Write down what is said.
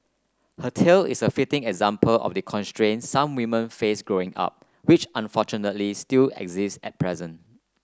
her tale is a fitting example of the constraints some women face Growing Up which unfortunately still exist at present